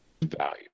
value